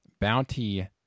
bounty